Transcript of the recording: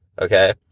Okay